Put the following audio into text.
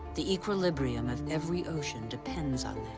the equilibrium of every ocean depends on them.